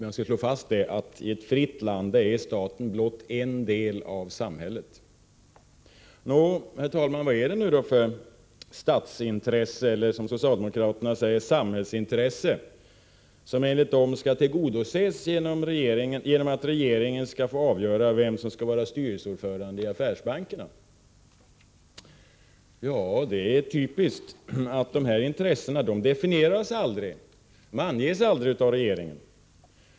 Låt oss slå fast att i ett fritt land är staten blott en del av samhället. Vad är nu detta statsintresse eller, som socialdemokraterna säger, ”samhällsintresse”, om enligt deras uppfattning skall tillgodoses genom att regeringen skall få avgöra vem som skall vara styrelseordförande i affärsbankerna? Det är typiskt att dessa intressen aldrig definieras eller anges av regeringen.